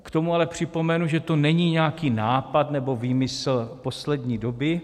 K tomu ale připomenu, že to není nějaký nápad nebo výmysl poslední doby.